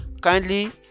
kindly